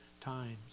times